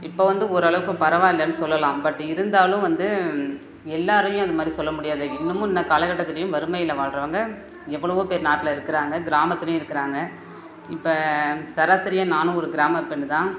இப்போது வந்து ஓரளவுக்கு பரவாயில்லன்னு சொல்லலாம் பட் இருந்தாலும் வந்து எல்லாரையும் அந்த மாதிரி சொல்ல முடியாது இன்னமும் இன்ன காலகட்டத்துலேயும் வறுமையில் வாழ்கிறவுங்க எவ்வளவோ பேர் நாட்டில் இருக்கிறாங்க கிராமத்துலேயும் இருக்கிறாங்க இப்போ சராசரியாக நானும் ஒரு கிராம பெண் தான்